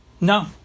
No